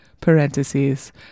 parentheses